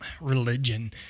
religion